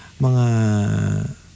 mga